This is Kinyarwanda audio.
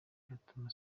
byatuma